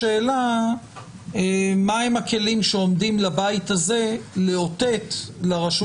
השאלה מה הם הכלים שעומדים לבית הזה לאותו לרשות